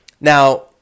Now